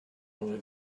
only